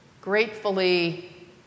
gratefully